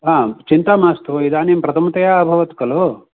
आम् चिन्ता मास्तु इदानीं प्रथमतया अभवत् खलु